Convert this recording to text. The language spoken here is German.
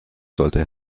sollte